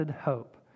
hope